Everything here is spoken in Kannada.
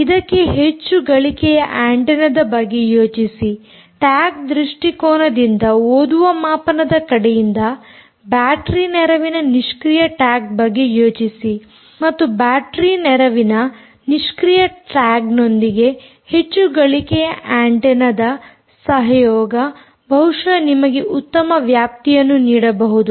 ಇದಕ್ಕೆ ಹೆಚ್ಚು ಗಳಿಕೆಯ ಆಂಟೆನ್ನದ ಬಗ್ಗೆ ಯೋಚಿಸಿ ಟ್ಯಾಗ್ ದೃಷ್ಟಿಕೋನದಿಂದ ಓದುವ ಮಾಪನದ ಕಡೆಯಿಂದ ಬ್ಯಾಟರೀ ನೆರವಿನ ನಿಷ್ಕ್ರಿಯ ಟ್ಯಾಗ್ ಬಗ್ಗೆ ಯೋಚಿಸಿ ಮತ್ತು ಬ್ಯಾಟರೀ ನೆರವಿನ ನಿಷ್ಕ್ರಿಯ ಟ್ಯಾಗ್ ನೊಂದಿಗೆ ಹೆಚ್ಚು ಗಳಿಕೆಯ ಆಂಟೆನ್ನದ ಸಹಯೋಗ ಬಹುಶಃ ನಿಮಗೆ ಉತ್ತಮ ವ್ಯಾಪ್ತಿಯನ್ನು ನೀಡಬಹುದು